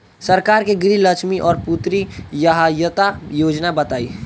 सरकार के गृहलक्ष्मी और पुत्री यहायता योजना बताईं?